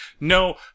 No